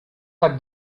tak